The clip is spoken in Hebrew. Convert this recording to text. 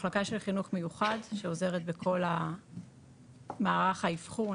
מחלקה של חינוך מיוחד שעוזרת בכל מערך האיבחון,